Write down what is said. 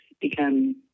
become